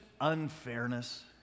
unfairness